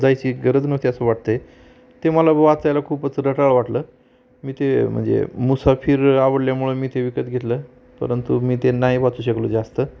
जायची गरज नव्हती असं वाटतं आहे ते मला वाचायला खूपच रटाळ वाटलं मी ते म्हणजे मुसाफिर आवडल्यामुळे मी ते विकत घेतलं परंतु मी ते नाही वाचू शकलो जास्त